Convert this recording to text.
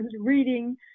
reading